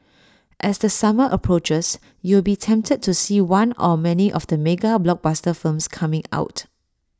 as the summer approaches you will be tempted to see one or many of mega blockbuster films coming out